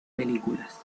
películas